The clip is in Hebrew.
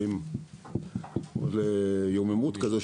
באים ליוממות כזאת,